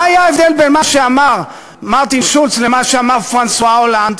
מה היה ההבדל בין מה שאמר מרטין שולץ למה שאמר פרנסואה הולנד?